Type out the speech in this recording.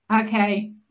Okay